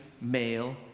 male